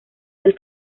del